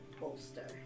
bolster